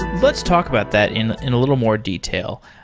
let's talk about that in in little more detail.